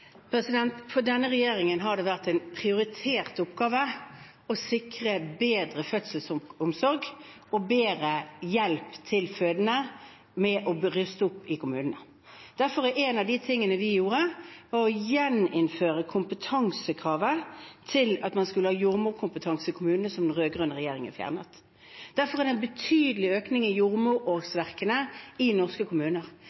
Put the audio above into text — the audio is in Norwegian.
For denne regjeringen har det vært en prioritert oppgave å sikre bedre fødselsomsorg og bedre hjelp til fødende ved å ruste opp i kommunene. En av de tingene vi derfor gjorde, var å gjeninnføre kravet til at man skulle ha jordmorkompetanse i kommunene, som den rød-grønne regjeringen fjernet. Derfor er det en betydelig økning i